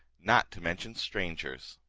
not to mention strangers.